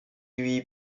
lui